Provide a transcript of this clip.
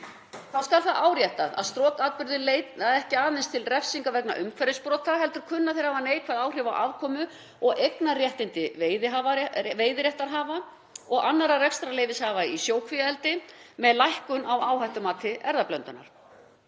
Þá skal það áréttað að strokatburðir leiða ekki aðeins til refsinga vegna umhverfisbrota heldur kunna þeir að hafa neikvæð áhrif á afkomu og eignarréttindi veiðiréttarhafa og annarra rekstrarleyfishafa í sjókvíaeldi með lækkun á áhættumati erfðablöndunar.